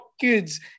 kids